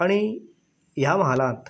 आनी ह्या म्हालांत